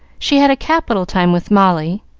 she had a capital time with molly,